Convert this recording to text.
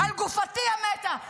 על גופתי המתה.